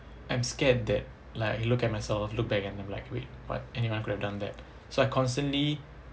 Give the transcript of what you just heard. I'm scared that like I look at myself look back and like I'm wait but anyone could have done that so I constantly